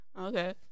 Okay